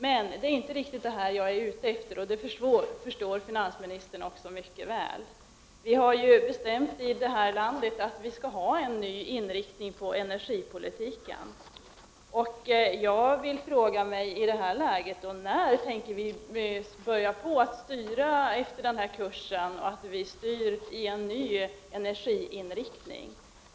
Men det är inte riktigt detta som jag har frågat om, som finansministern mycket väl vet. Vi har ju bestämt oss för en ny inriktning av energipolitiken i vårt land, och vad jag frågar mig är när vi skall börja styra efter denna nya kurs.